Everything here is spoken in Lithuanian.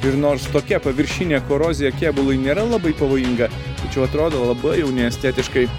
ir nors tokia paviršinė korozija kėbului nėra labai pavojinga tačiau atrodo labai jau neestetiškai